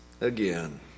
again